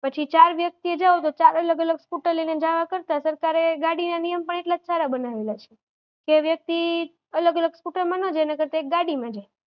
પછી ચાર વ્યક્તિએ જાવું તો ચાર અલગ અલગ સ્કૂટર લઈને જવા કરતાં સરકારે ગાડીના નિયમ પણ એટલા જ સારા બનાવેલા છે કે વ્યક્તિ અલગ અલગ સ્કૂટરમાં ન જાય એના કરતાં એક ગાડીમાં જાય